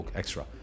extra